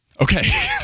Okay